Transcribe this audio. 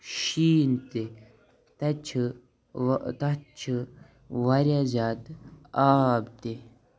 شیٖن تہِ تَتہِ چھِ وا تَتھ چھِ واریاہ زیادٕ آب تہِ